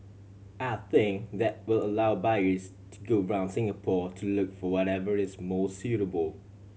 I think that will allow buyers to go around Singapore to look for whatever is most suitable